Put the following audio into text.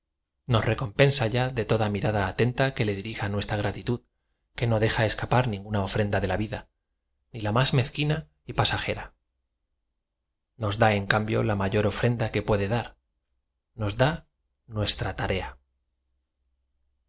nos recompensa y a de toda mirada atenta qne le dirija nuestra gratitud que no deja escapar ninguna ofrenda de la vida ni la más mezquina y pasajera nos da en cambio la m ayor ofrenda que puede dar nos da nuestra tarea